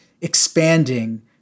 expanding